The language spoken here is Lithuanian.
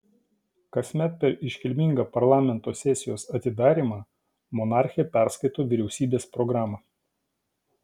kasmet per iškilmingą parlamento sesijos atidarymą monarchė perskaito vyriausybės programą